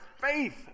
faith